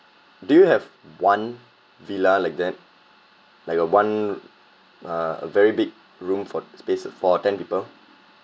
do you have one villa like that like a one uh a very big room for space for ten people